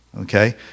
Okay